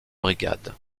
brigades